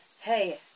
hey